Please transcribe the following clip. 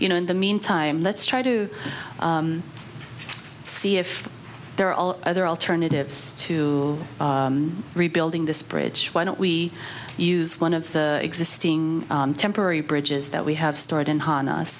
you know in the meantime let's try to see if there are all other alternatives to rebuilding this bridge why don't we use one of the existing temporary bridges that we have stored in